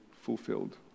fulfilled